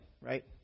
Right